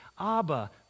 Abba